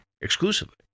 exclusively